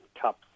Cups